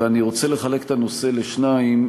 ואני רוצה לחלק את הנושא לשניים,